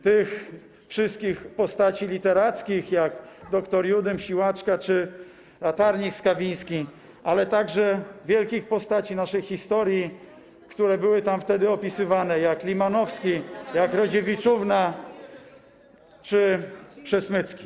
tych wszystkich postaci literackich, jak dr Judym, Siłaczka czy latarnik Skawiński, ale także wielkich postaci naszej historii, które były tam wtedy opisywane, jak Limanowski, jak Rodziewiczówna czy Przesmycki.